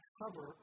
cover